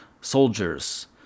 soldiers